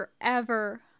forever